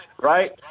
right